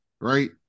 right